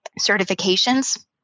certifications